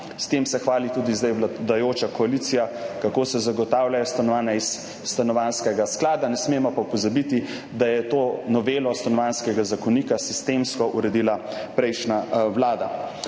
S tem se hvali tudi zdaj vladajoča koalicija, kako se zagotavljajo stanovanja iz Stanovanjskega sklada, ne smemo pa pozabiti, da je to novelo Stanovanjskega zakona sistemsko uredila prejšnja vlada.